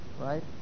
right